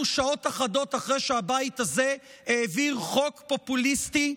אנחנו שעות אחדות אחרי שהבית הזה העביר חוק פופוליסטי,